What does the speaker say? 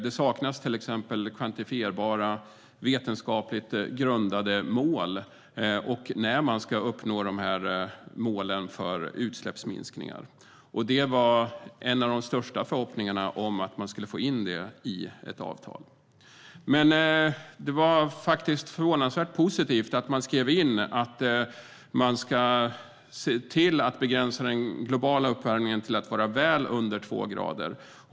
Det saknas till exempel kvantifierbara, vetenskapligt grundade mål och datum för när man ska uppnå målen för utsläppsminskningar. Det var en av de största förhoppningarna att man skulle få in det i ett avtal, men det är förvånansvärt positivt att man skrev in att man ska begränsa den globala uppvärmningen till att vara väl under två grader.